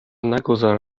نگذار